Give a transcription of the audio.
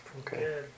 Okay